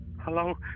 Hello